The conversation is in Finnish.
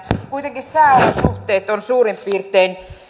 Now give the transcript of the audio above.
kuitenkin sääolosuhteet ovat suurin piirtein